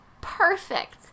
perfect